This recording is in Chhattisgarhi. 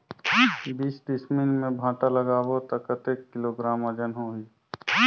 बीस डिसमिल मे भांटा लगाबो ता कतेक किलोग्राम वजन होही?